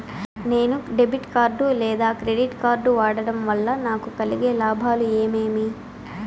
నేను debit card లేదా credit card వాడడం వల్ల నాకు కలిగే లాభాలు ఏమేమీ?